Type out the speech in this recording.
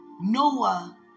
Noah